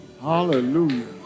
Hallelujah